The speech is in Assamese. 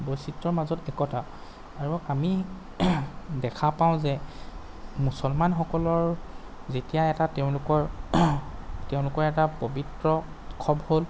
বৈচিত্ৰৰ মাজত একতা আৰু আমি দেখা পাওঁ যে মুছলমান সকলৰ যেতিয়া এটা তেওঁলোকৰ তেওঁলোকৰ এটা পবিত্ৰ উৎসৱ হ'ল